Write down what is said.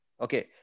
Okay